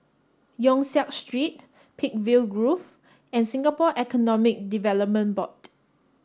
Yong Siak Street Peakville Grove and Singapore Economic Development Board